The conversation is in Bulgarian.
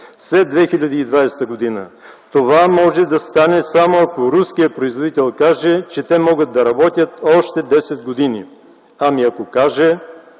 след 2020 г. това може да стане само ако руският производител каже, че те могат да работят още десет години. Ами ако каже,